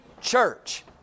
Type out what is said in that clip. church